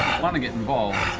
want to get involved.